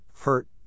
hurt